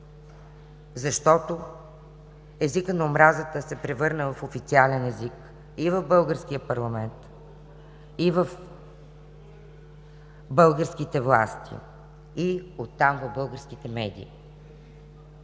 защото езикът на омразата се превърна в официален език и в българския парламент, и в българските власти, и оттам – в българските медии.